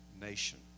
nation